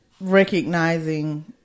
recognizing